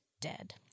dead